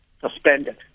suspended